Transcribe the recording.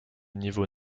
niveau